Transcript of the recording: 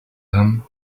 him